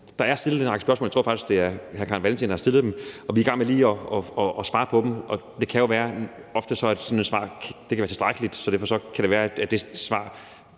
Der er stillet en række spørgsmål – jeg tror faktisk, det er hr. Carl Valentin, der har stillet dem – og vi er i gang med at svare på dem. Ofte kan sådan et svar være tilstrækkeligt, så det kan være, at det svar